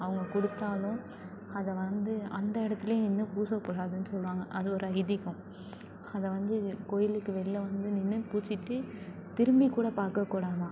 அவங்க கொடுத்தாலும் அதை வந்து அந்த இடத்துலயே நின்று பூசக்கூடாதுன்னு சொல்வாங்க அது ஒரு ஐதீகம் அதை வந்து இது கோயிலுக்கு வெளில வந்து நின்று பூசிகிட்டு திரும்பிக் கூட பாக்கக்கூடாதாம்